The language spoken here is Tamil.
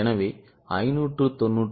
8 X 0